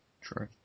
true